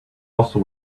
also